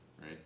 right